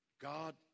God